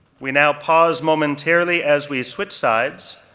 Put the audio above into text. we now pause momentarily as we switch sides.